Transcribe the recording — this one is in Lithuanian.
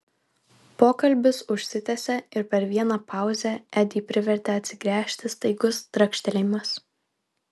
pokalbis užsitęsė ir per vieną pauzę edį privertė atsigręžti staigus trakštelėjimas